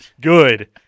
Good